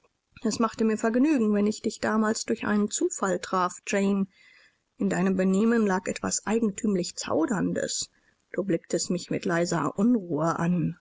es machte mir vergnügen wenn ich dich damals durch einen zufall traf jane in deinem benehmen lag etwas eigentümlich zauderndes du blicktest mich mit leiser unruhe an